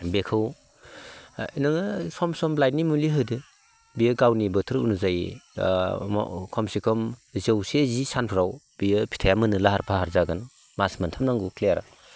बेखौ नोङो सम सम लाइटनि मुलि होदो बियो गावनि बोथोर अनुजायै खमसे खम जौसे जि सानफोराव बेयो फिथाइया मोननो लाहार फाहार जागोन मास मोनथाम नांगौ क्लियार